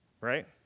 right